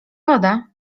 woda